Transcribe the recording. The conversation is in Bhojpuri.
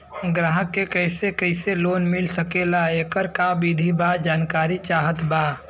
ग्राहक के कैसे कैसे लोन मिल सकेला येकर का विधि बा जानकारी चाहत बा?